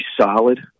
solid